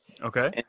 Okay